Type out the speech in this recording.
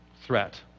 threat